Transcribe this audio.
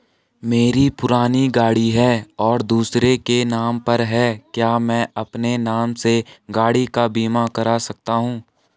मेरी पुरानी गाड़ी है और दूसरे के नाम पर है क्या मैं अपने नाम से गाड़ी का बीमा कर सकता हूँ?